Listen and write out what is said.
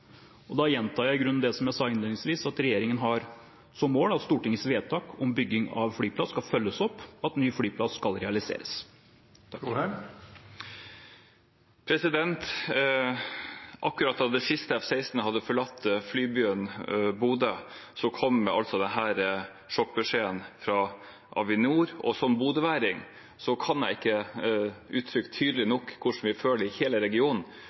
Og da gjentar jeg i grunnen det jeg sa innledningsvis: at regjeringen har som mål at Stortingets vedtak om bygging av flyplass skal følges opp, og at ny flyplass skal realiseres. Akkurat da det siste F-16 hadde forlatt flybyen Bodø, kom altså denne sjokkbeskjeden fra Avinor. Som bodøværing kan jeg ikke uttrykke tydelig nok hvordan vi føler det i hele regionen,